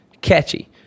catchy